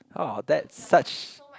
oh that's such